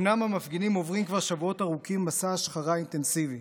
אומנם המפגינים עוברים כבר שבועות ארוכים מסע השחרה אינטנסיבי,